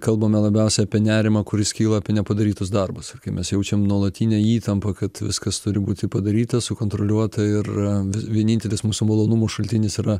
kalbame labiausiai apie nerimą kuris kyla apie nepadarytus darbus ir kai mes jaučiam nuolatinę įtampą kad viskas turi būti padaryta sukontroliuota ir vienintelis mūsų malonumų šaltinis yra